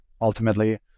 ultimately